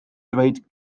dweud